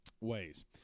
ways